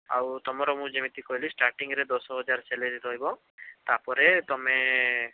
ଆଉ ତମର ମୁଁ ଯେମିତି କହିଲି ଷ୍ଟାର୍ଟିଙ୍ଗରେ ଦଶ ହଜାର ସାଲାରୀ ରହିବ ତାପରେ ତମେ